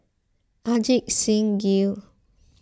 Ajit Singh Gill